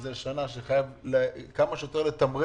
זו שנה שבה חייבים כמה שיותר לתמרץ,